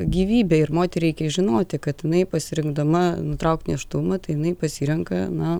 gyvybė ir moteriai reikia žinoti kad jinai pasirinkdama nutraukti nėštumą tai jinai pasirenka na